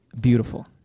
beautiful